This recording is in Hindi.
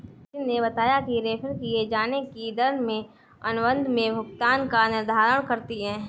सचिन ने बताया कि रेफेर किये जाने की दर में अनुबंध में भुगतान का निर्धारण करती है